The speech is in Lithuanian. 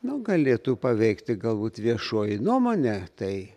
nu galėtų paveikti galbūt viešoji nuomonė tai